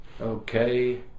okay